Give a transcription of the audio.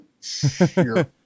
Sure